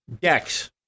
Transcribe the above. Dex